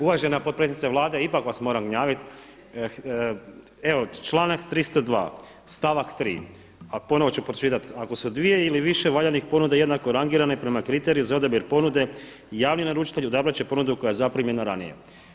Uvažena potpredsjednice Vlade, ipak vas moram gnjaviti, evo, članak 302, stavak 3. a ponovno ću pročitati: „Ako su dvije ili više valjanih ponuda jednako rangirane prema kriteriju za odabir ponude javni naručitelj odabrati će ponudu koja je zaprimljena ranije.